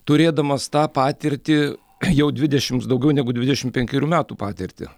turėdamas tą patirtį jau dvidešimts daugiau negu dvidešimt penkerių metų patirtį